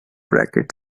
racket